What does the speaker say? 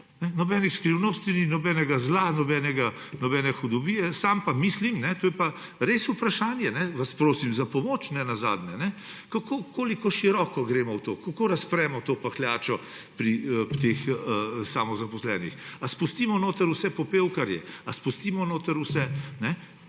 Nobenih skrivnosti ni, nobenega zla, nobene hudobije. Sam pa mislim – to je pa res vprašanje, vas ne nazadnje prosim za pomoč: koliko široko gremo v to, kako razpremo to pahljačo pri teh samozaposlenih? Ali spustimo noter vse popevkarje, ali spustimo noter vse?